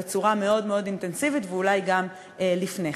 בצורה מאוד מאוד אינטנסיבית, ואולי גם לפני כן.